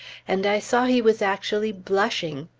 and i saw he was actually blushing.